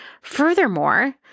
Furthermore